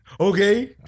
Okay